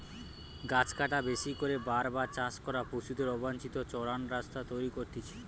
গাছ কাটা, বেশি করে বার বার চাষ করা, পশুদের অবাঞ্চিত চরান রাস্তা তৈরী করতিছে